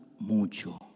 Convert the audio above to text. mucho